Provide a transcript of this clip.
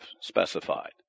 specified